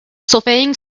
solfaing